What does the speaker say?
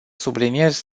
subliniez